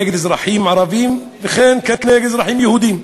נגד אזרחים ערבים וכן כנגד אזרחים יהודים.